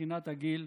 מבחינת הגיל,